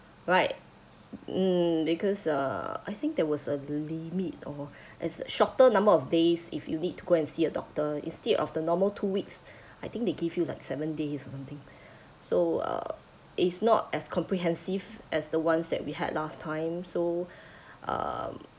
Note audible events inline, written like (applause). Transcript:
right mm because uh I think there was a limit or as shorter number of days if you need to go and see a doctor instead of the normal two weeks I think they give you like seven days or something so uh it's not as comprehensive as the ones that we had last time so (breath) um